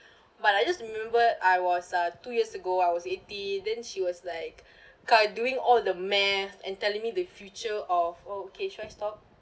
but I just remember I was uh two years ago I was eighteen then she was like like doing all the math and telling me the future of oh okay should I stop